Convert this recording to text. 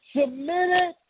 submitted